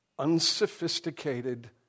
unsophisticated